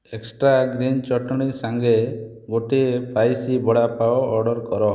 extra green ଚଟଣୀ ସାଙ୍ଗେ ଗୋଟିଏ ସ୍ପାଇସି ବଡ଼ାପାୱ ଅର୍ଡ଼ର୍ କର